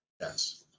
Yes